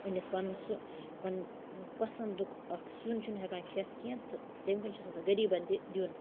أنِتھ پَنُن سُہ پَنُن پسنٛدُک اَکھ سیُن چھِنہٕ ہٮ۪کان کھیٚتھ کیٚنہہ تہٕ تٔمۍ کِنۍ چھُ سُہ آسان غریٖبَن تہِ دیُن